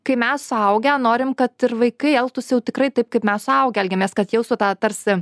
kai mes suaugę norim kad ir vaikai elgtųsi jau tikrai taip kaip mes suaugę elgiamės kad jaustų tą tarsi